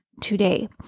today